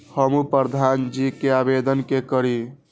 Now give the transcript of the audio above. हमू प्रधान जी के आवेदन के करी?